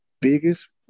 biggest